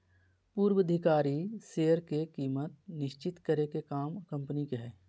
पूर्वधिकारी शेयर के कीमत निश्चित करे के काम कम्पनी के हय